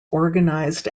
organized